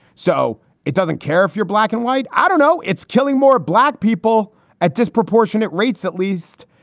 so it doesn't care if you're black and white. i don't know. it's killing more black people at disproportionate rates at least.